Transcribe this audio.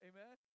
Amen